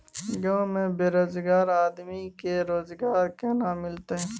गांव में बेरोजगार आदमी के रोजगार केना मिलते?